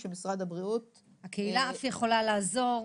הקהילה אף יכולה לעזור,